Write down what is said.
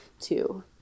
two